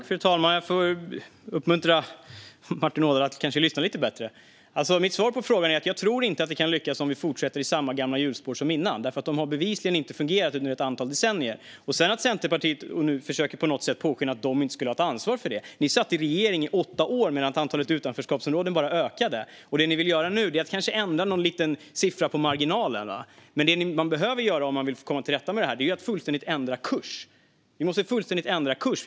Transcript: Fru talman! Jag får kanske uppmuntra Martin Ådahl att lyssna lite bättre. Mitt svar på frågan är att jag inte tror att vi kan lyckas om vi fortsätter i samma gamla hjulspår som förut, för det har bevisligen inte fungerat under ett antal decennier. Centerpartiet försöker nu låta påskina att man inte skulle ha ett ansvar i detta. Ni satt i regering i åtta år medan antalet utanförskapsområden bara ökade, och det ni vill göra nu är att ändra någon liten siffra i marginalen. Det man behöver göra om man vill komma till rätta med det här är att fullständigt ändra kurs. Vi måste fullständigt ändra kurs.